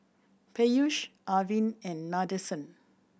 Peyush Arvind and Nadesan